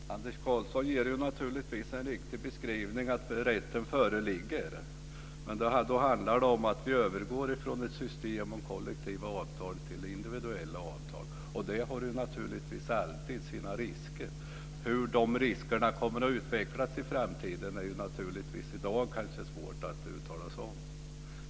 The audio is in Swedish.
Fru talman! Anders Karlsson ger naturligtvis en riktig beskrivning. Rätten föreligger. Men då handlar det om att vi övergår från ett system med kollektiva avtal till individuella avtal. Det har naturligtvis alltid sina risker, och det är svårt att uttala sig i dag om hur de riskerna kommer att utvecklas i framtiden.